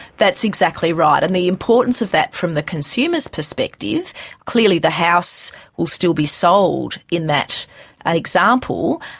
that's exactly right. and the importance of that from the consumer's perspective clearly the house will still be sold in that example,